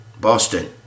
Boston